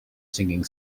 singing